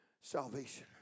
salvation